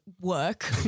work